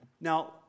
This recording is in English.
Now